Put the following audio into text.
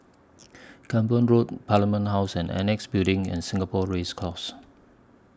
Camborne Road Parliament House and Annexe Building and Singapore Race Course